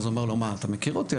אמר לו התלמיד: אתה מכיר אותי,